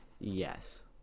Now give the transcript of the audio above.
yes